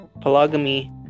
polygamy